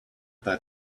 that